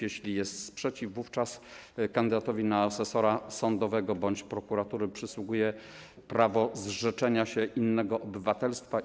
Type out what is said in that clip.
Jeśli zgłasza sprzeciw, wówczas kandydatowi na asesora sądowego bądź prokuratury przysługuje prawo zrzeczenia się innego obywatelstwa.